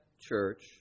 church